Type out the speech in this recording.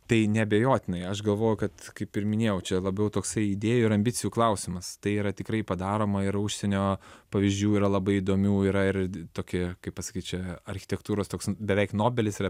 tai neabejotinai aš galvoju kad kaip ir minėjau čia labiau toksai idėjų ir ambicijų klausimas tai yra tikrai padaroma yra užsienio pavyzdžių yra labai įdomių yra ir tokie kaip pasakyt čia architektūros toks beveik nobelis yra